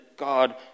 God